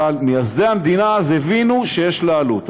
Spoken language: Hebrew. אבל מייסדי המדינה אז הבינו שיש לה עלות.